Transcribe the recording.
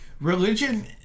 Religion